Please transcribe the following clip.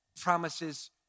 Promises